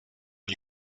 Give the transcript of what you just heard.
del